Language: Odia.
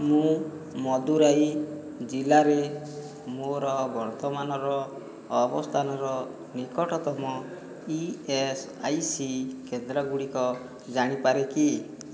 ମୁଁ ମଦୁରାଇ ଜିଲ୍ଲାରେ ମୋର ବର୍ତ୍ତମାନର ଅବସ୍ଥାନର ନିକଟତମ ଇ ଏସ୍ ଆଇ ସି କେନ୍ଦ୍ର ଗୁଡ଼ିକ ଜାଣିପାରେ କି